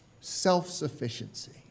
self-sufficiency